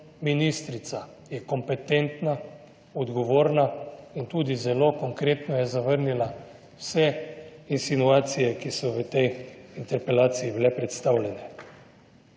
ministrica je kompetentna, odgovorna in tudi zelo konkretno je zavrnila vse insinuacije, ki so v tej interpelaciji bile predstavljene.